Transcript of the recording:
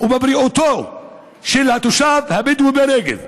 ובבריאותו של התושב הבדואי בנגב.